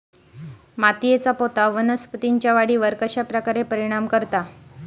मातीएचा पोत वनस्पतींएच्या वाढीवर कश्या प्रकारे परिणाम करता?